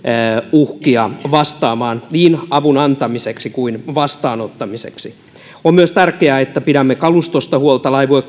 uhkia vastaamaan niin avun antamiseksi kuin vastaanottamiseksi on myös tärkeää että pidämme kalustosta huolta laivue